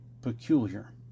peculiar